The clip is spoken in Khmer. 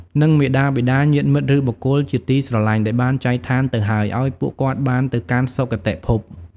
និងមាតាបិតា ញាតិមិត្ត ឬបុគ្គលជាទីស្រឡាញ់ដែលបានចែកឋានទៅហើយ ឲ្យពួកគាត់បានទៅកាន់សុគតិភព។